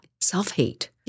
self-hate